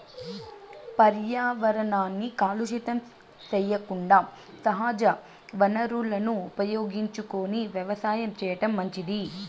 పర్యావరణాన్ని కలుషితం సెయ్యకుండా సహజ వనరులను ఉపయోగించుకొని వ్యవసాయం చేయటం మంచిది